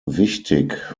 wichtig